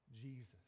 Jesus